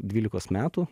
dvylikos metų